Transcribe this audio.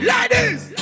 Ladies